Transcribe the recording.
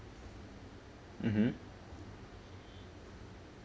mmhmm